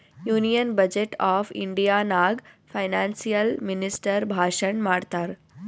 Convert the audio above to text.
union budget of India ನಾಗ್ financial minister ಭಾಷಣ್ ಮಾಡ್ತಾರ್